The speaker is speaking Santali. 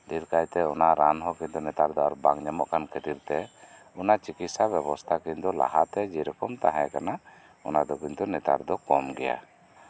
ᱰᱷᱮᱹᱨ ᱠᱟᱭᱛᱮ ᱚᱱᱟ ᱨᱟᱱᱦᱚᱸ ᱠᱤᱱᱛᱩ ᱱᱮᱛᱟᱨ ᱫᱚ ᱟᱨ ᱵᱟᱝ ᱧᱟᱢᱚᱜ ᱠᱟᱱ ᱠᱷᱟᱹᱛᱤᱨ ᱛᱮ ᱚᱱᱟ ᱪᱤᱠᱤᱛᱥᱟ ᱵᱮᱵᱚᱥᱛᱷᱟ ᱠᱤᱱᱛᱩ ᱞᱟᱦᱟᱛᱮ ᱡᱮᱹᱨᱚᱠᱚᱢ ᱛᱟᱸᱦᱮ ᱠᱟᱱᱟ ᱚᱱᱟ ᱫᱚ ᱠᱤᱱᱛᱩ ᱱᱮᱛᱟᱨ ᱫᱚ ᱠᱚᱢ ᱜᱮᱭᱟ